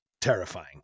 terrifying